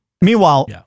Meanwhile